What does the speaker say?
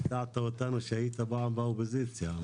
הפתעת אותנו שהיית פעם באופוזיציה.